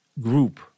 group